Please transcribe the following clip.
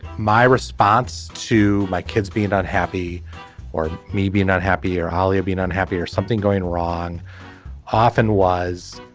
my response to my kids being unhappy or maybe not happy or holly or being unhappy or something going wrong often was.